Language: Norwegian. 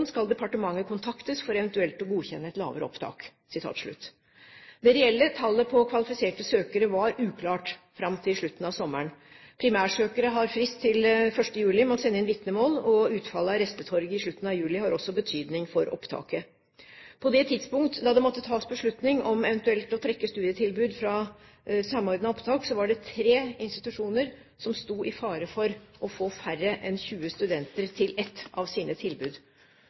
skal departementet kontaktes for eventuelt å godkjenne et lavere opptak.» Det reelle tallet på kvalifiserte søkere var uklart fram til slutten av sommeren. Primærsøkere har frist til 1. juli med å sende inn vitnemål, og utfallet av «Restetorget» i slutten av juli har også betydning for opptaket. På det tidspunkt da det måtte tas beslutning om eventuelt å trekke studietilbud fra Samordna opptak, var det tre institusjoner som sto i fare for å få færre enn 20 studenter til ett av sine tilbud.